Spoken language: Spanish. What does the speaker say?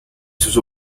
sus